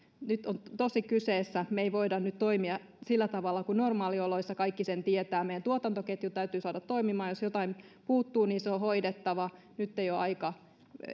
nyt on tosi kyseessä me emme voi nyt toimia sillä tavalla kuin normaalioloissa kaikki sen tietävät meidän tuotantoketjumme täytyy saada toimimaan jos jotain puuttuu niin se on hoidettava nyt ei ole aika